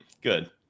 Good